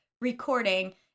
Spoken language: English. recording